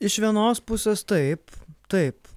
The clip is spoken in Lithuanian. iš vienos pusės taip taip